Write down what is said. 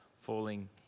falling